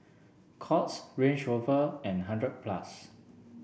Courts Range Rover and hundred plus